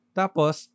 tapos